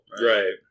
Right